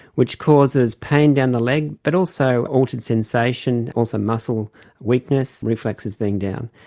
which causes pain down the leg, but also altered sensation, also muscle weakness, reflexes being down.